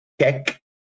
Check